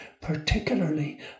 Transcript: particularly